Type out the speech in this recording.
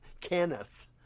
Kenneth